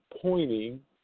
pointing